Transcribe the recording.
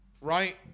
right